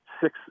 six